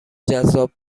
جذاب